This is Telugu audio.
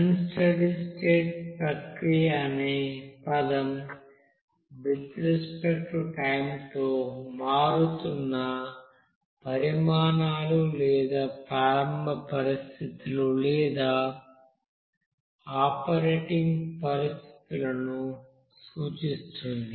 అన్ స్టడీ స్టేట్ ప్రక్రియ అనే పదం విత్ రెస్పెక్ట్ టు టైం తో మారుతున్న పరిమాణాలు లేదా ప్రారంభ పరిస్థితులు లేదా ఆపరేటింగ్ పరిస్థితులను సూచిస్తుంది